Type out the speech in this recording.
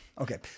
Okay